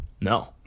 No